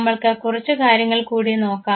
നമ്മൾക്ക് കുറച്ചു കാര്യങ്ങൾ കൂടി നോക്കാം